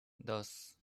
dos